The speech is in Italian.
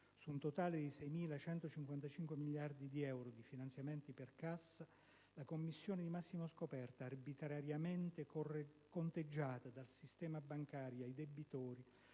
su un totale di 6.155 miliardi di euro di finanziamenti per cassa, la commissione di massimo scoperto, arbitrariamente conteggiata dal sistema bancario ai debitori